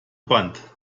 band